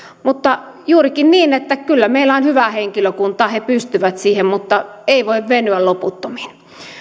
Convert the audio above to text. mutta on juurikin niin että kyllä meillä on hyvä henkilökunta he pystyvät siihen mutta ei voi venyä loputtomiin